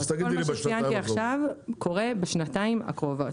כל מה שציינתי עכשיו קורה בשנתיים הקרובות.